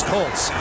Colts